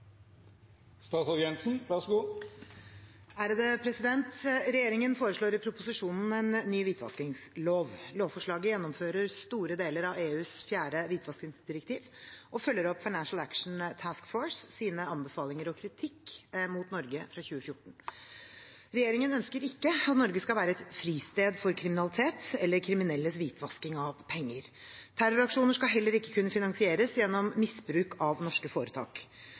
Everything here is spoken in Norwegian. Regjeringen foreslår i proposisjonen en ny hvitvaskingslov. Lovforslaget gjennomfører store deler av EUs fjerde hvitvaskingsdirektiv og følger opp Financial Action Task Force, FATF, sine anbefalinger og kritikk mot Norge fra 2014. Regjeringen ønsker ikke at Norge skal være et «fristed» for kriminalitet eller kriminelles hvitvasking av penger. Terroraksjoner skal heller ikke kunne finansieres gjennom misbruk av norske foretak.